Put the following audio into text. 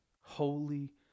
holy